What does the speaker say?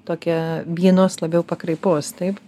tokia vienos labiau pakraipos taip